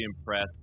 impressed